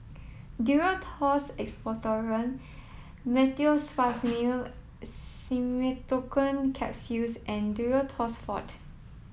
Duro Tuss Expectorant Meteospasmyl Simeticone Capsules and Duro Tuss Forte